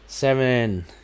Seven